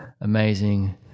amazing